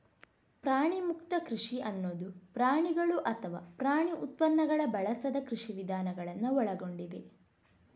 ಪ್ರಾಣಿಮುಕ್ತ ಕೃಷಿ ಅನ್ನುದು ಪ್ರಾಣಿಗಳು ಅಥವಾ ಪ್ರಾಣಿ ಉತ್ಪನ್ನಗಳನ್ನ ಬಳಸದ ಕೃಷಿ ವಿಧಾನಗಳನ್ನ ಒಳಗೊಂಡಿದೆ